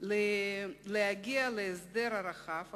ולהגיע להסדר רחב,